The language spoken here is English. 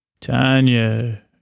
Tanya